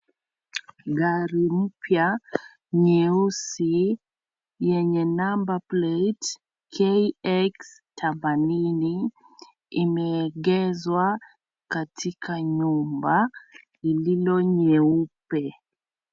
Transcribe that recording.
Gari mpya nyeusi yenye (CS))number plate(CS )KXT ,imeegezwa katika nyumba lililo nyeupe .